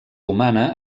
humana